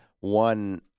one